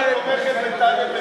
בבקשה.